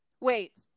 wait